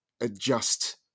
adjust